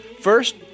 first